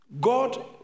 God